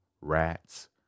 Rats